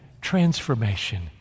Transformation